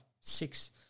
six